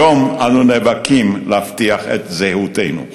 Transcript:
היום אנחנו נאבקים להבטיח את זהותנו.